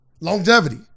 Longevity